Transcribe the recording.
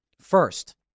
First